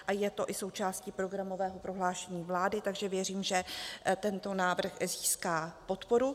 A je to i součástí programového prohlášení vlády, takže věřím, že tento návrh získá podporu.